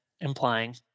implying